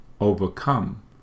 overcome